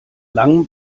langem